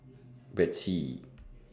Betsy